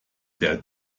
der